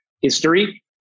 history